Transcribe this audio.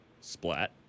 Splat